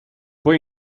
poi